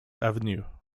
avenue